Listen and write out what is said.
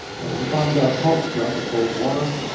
it was a bombed out hulk throughout the cold war.